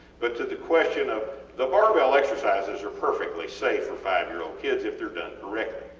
but to the question of the barbell exercises are perfectly safe for five-year-old kids if they are done correctly.